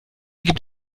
gibt